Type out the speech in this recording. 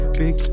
big